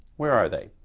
where are they?